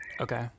Okay